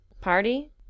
Party